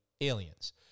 aliens